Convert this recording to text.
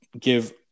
give